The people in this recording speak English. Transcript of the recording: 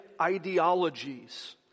ideologies